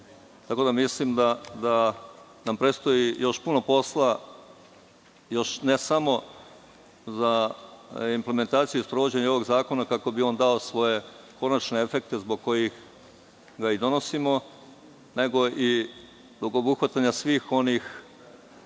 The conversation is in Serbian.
tako da mislim da nam predstoji još puno posla, ne samo za implementaciju i sprovođenje ovog zakona kako bi on dao svoje konačne efekte zbog kojih ga i donosimo, nego i zbog obuhvatanja svih onih